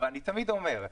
אבל אני תמיד אומר: